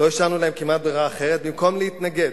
לא השארנו להם כמעט ברירה אחרת, במקום להתנגד